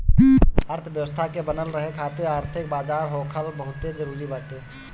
अर्थव्यवस्था के बनल रहे खातिर आर्थिक बाजार होखल बहुते जरुरी बाटे